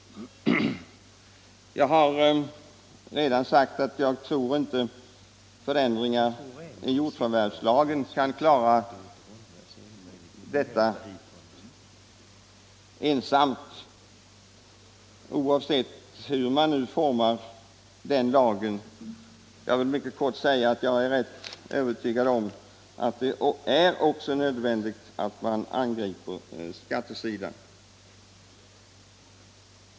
Jag har redan sagt att jag inte tror att enbart förändringar i jordförvärvslagen förändrar situationen, oavsett hur man formar lagen. Jag är övertygad om att det är nödvändigt att också angripa skattesidan.